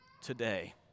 today